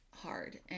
hard